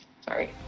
Sorry